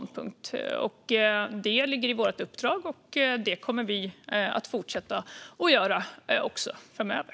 Det ligger i vårt uppdrag, och det kommer vi att fortsätta göra framöver.